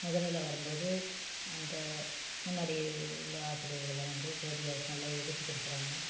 முதல்லேலாம் ரும்போது அந்த முன்னாடி உள்ள ஆசிரியர்கள்லாம் வந்து ஜோதிகாவுக்கு நல்லா எதிர்ப்பு கொடுக்குறாங்க